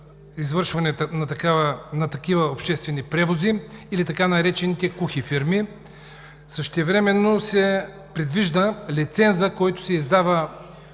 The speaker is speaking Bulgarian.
извършването на обществени превози или така наречените кухи фирми. Същевременно се предвижда лицензът, който се издава